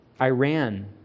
Iran